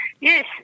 Yes